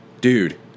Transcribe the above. Dude